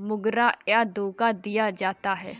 गुमराह या धोखा दिया जाता है